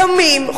קמים,